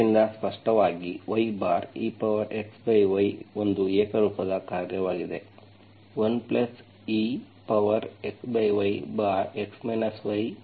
ಆದ್ದರಿಂದ ಸ್ಪಷ್ಟವಾಗಿ y exy ಒಂದು ಏಕರೂಪದ ಕಾರ್ಯವಾಗಿದೆ 1exy x y exy